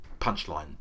punchline